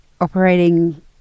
operating